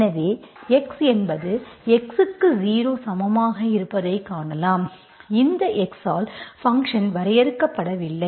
எனவே x என்பது x க்கு 0 சமமாக இருப்பதை காணலாம் இந்த x ஆல் ஃபங்சன் வரையறுக்கப்படவில்லை